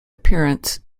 appearance